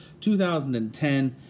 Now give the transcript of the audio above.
2010